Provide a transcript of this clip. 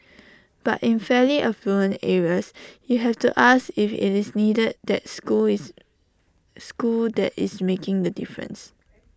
but in fairly affluent areas you have to ask if IT is indeed the school is school that is making the difference